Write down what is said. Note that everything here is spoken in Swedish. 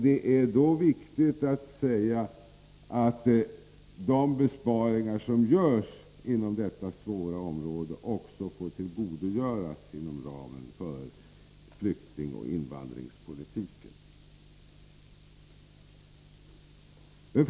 Det är emellertid viktigt att besparingar inom detta svåra område också får tillgodogöras inom ramen för flyktingoch invandringspolitiken.